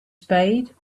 spade